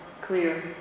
clear